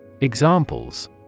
Examples